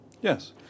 Yes